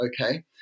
okay